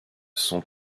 son